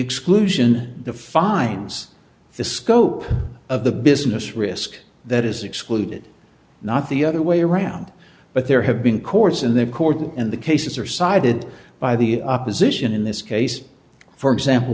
exclusion defines the scope of the business risk that is excluded not the other way around but there have been courts in their court and the cases are sided by the opposition in this case for example